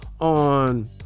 on